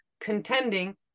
contending